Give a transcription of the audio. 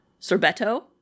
sorbetto